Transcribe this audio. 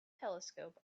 telescope